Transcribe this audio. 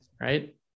right